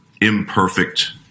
imperfect